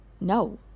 No